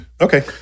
Okay